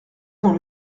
dans